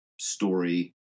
story